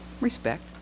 respect